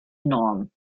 enorm